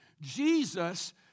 Jesus